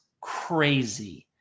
crazy